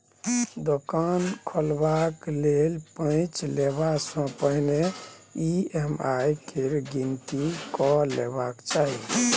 दोकान खोलबाक लेल पैंच लेबासँ पहिने ई.एम.आई केर गिनती कए लेबाक चाही